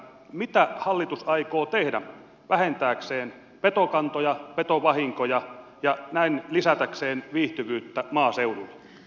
mitä hallitus aikoo tehdä vähentääkseen petokantoja ja petovahinkoja ja näin lisätäkseen viihtyvyyttä maaseudulla